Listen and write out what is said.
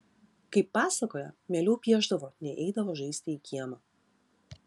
kaip pasakoja mieliau piešdavo nei eidavo žaisti į kiemą